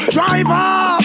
Driver